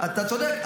אתה צודק,